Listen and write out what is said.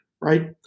right